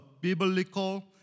biblical